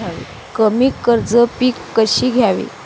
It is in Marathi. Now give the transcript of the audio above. कमी खर्चात पिके कशी घ्यावी?